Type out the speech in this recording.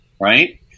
right